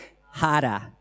harder